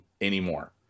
anymore